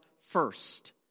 first